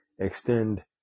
extend